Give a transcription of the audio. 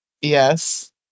Yes